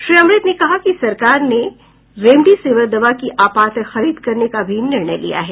श्री अमृत ने कहा कि सरकार ने रेमडिसिविर दवा की आपात खरीद करने का भी निर्णय लिया है